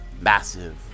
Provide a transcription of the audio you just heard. massive